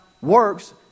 works